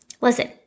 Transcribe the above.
Listen